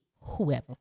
whoever